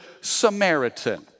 Samaritan